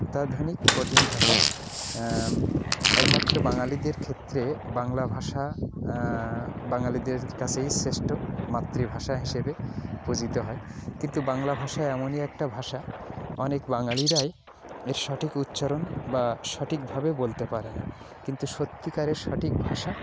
অত্যাধুনিক কঠিন ভাষা একমাত্র বাঙালিদের ক্ষেত্রে বাংলা ভাষা বাঙালিদের কাছেই শ্রেষ্ঠ মাতৃভাষা হিসেবে পূজিত হয় কিন্তু বাংলা ভাষা এমনই একটা ভাষা অনেক বাঙালিরাই এর সঠিক উচ্চারণ বা সঠিকভাবে বলতে পারে না কিন্তু সত্যিকারের সঠিক ভাষা